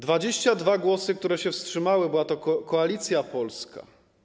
22 osoby się wstrzymały, była to Koalicja Polska.